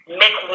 make